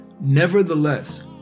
Nevertheless